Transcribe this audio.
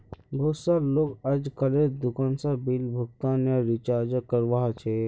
बहुत स लोग अजकालेर दुकान स बिल भुगतान या रीचार्जक करवा ह छेक